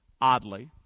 oddly